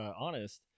honest